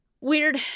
Weird